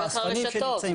דרך הרשתות.